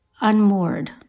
unmoored